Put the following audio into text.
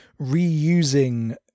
reusing